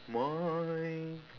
my